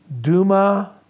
Duma